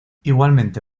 igualmente